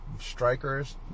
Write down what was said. strikers